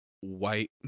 white